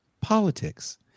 politics